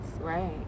Right